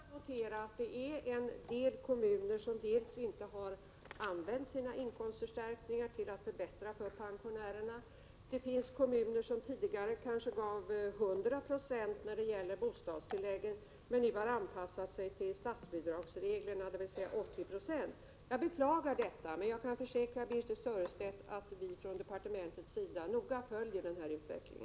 Herr talman! Ja, vi har kunnat notera att det finns en del kommuner som inte har använt sina inkomstförstärkningar till att förbättra för pensionärerna. Det finns kommuner som t.ex. tidigare kanske gav 100 96 när det gäller bostadstilläget, men som nu har anpassat sig till statsbidragsreglerna, dvs. 80 20. Jag beklagar detta. Jag kan emellertid försäkra Birthe Sörestedt om att vi från departementets sida noga följer denna utveckling.